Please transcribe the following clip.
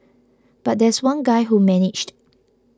but there's one guy who managed